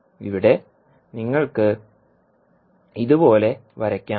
ഇവിടെ നിങ്ങൾക്ക് ഇതുപോലെ വരയ്ക്കാം